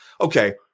Okay